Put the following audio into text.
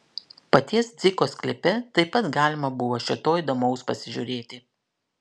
paties dziko sklype taip pat galima buvo šio to įdomaus pasižiūrėti